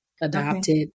adopted